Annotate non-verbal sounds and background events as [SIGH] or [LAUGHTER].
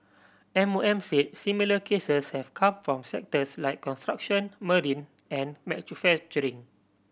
M O M said similar cases have come from sectors like construction marine and [UNINTELLIGIBLE]